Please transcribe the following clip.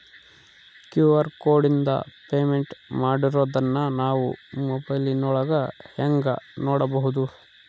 QR ಕೋಡಿಂದ payment ಮಾಡಿರೋದನ್ನ ನಾವು ಮೊಬೈಲಿನೊಳಗ ಹೆಂಗ ನೋಡಬಹುದು?